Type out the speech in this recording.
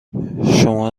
شما